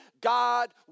God